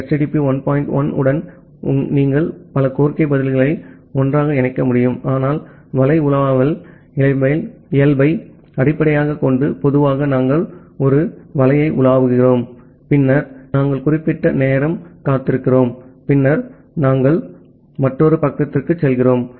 1 உடன் கூட நீங்கள் பல கோரிக்கை பதில்களை ஒன்றாக இணைக்க முடியும் ஆனால் வலை உலாவல் இயல்பை அடிப்படையாகக் கொண்டு பொதுவாக நாங்கள் ஒரு வலையை உலாவுகிறோம் பின்னர் நாங்கள் குறிப்பிட்ட நேரம் காத்திருக்கிறோம் பின்னர் நாங்கள் மற்றொரு பக்கத்திற்கு செல்கிறோம்